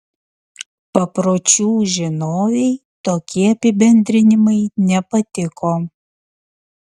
papročių žinovei tokie apibendrinimai nepatiko